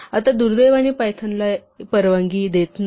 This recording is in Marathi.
आता दुर्दैवाने पायथॉन याला परवानगी देत नाही